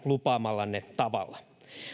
lupaamallanne tavalla